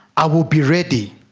i will be ready